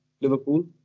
Liverpool